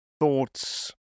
thoughts